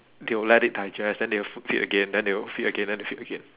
they will let it digest then they will feed again then they will feed again then feed again